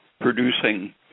producing